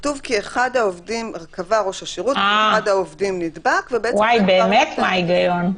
כתוב: קבע ראש השירות כי אחד העובדים נדבק --- באמת מה ההיגיון?